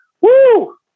Woo